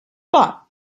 but